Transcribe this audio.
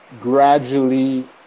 gradually